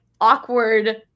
awkward